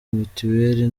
mituweli